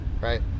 Right